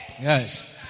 Yes